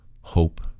hope